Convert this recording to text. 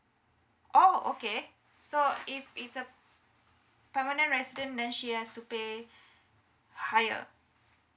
oh okay so if it's a permanent resident then she has to pay higher